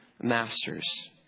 masters